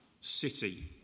city